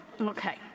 okay